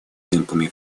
темпами